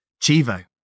Chivo